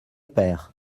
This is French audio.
père